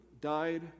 died